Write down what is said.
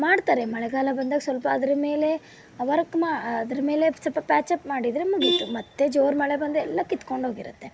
ಮಾಡ್ತಾರೆ ಮಳೆಗಾಲ ಬಂದಾಗ ಸ್ವಲ್ಪ ಅದರ ಮೇಲೆ ವರ್ಕ್ ಮಾ ಅದರ ಮೇಲೆ ಸ್ವಲ್ಪ ಪ್ಯಾಚಪ್ ಮಾಡಿದರೆ ಮುಗೀತು ಮತ್ತೆ ಜೋರು ಮಳೆ ಬಂದರೆ ಎಲ್ಲ ಕಿತ್ಕೊಂಡು ಹೋಗಿರುತ್ತೆ